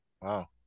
Wow